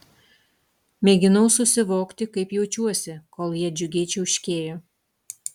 mėginau susivokti kaip jaučiuosi kol jie džiugiai čiauškėjo